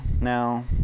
now